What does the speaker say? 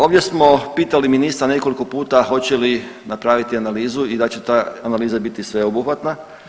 Ovdje smo pitali ministra nekoliko puta hoće li napraviti analizu i da li će ta analiza biti sveobuhvatna.